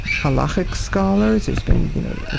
halakhic scholars there's been, you know,